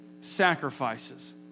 sacrifices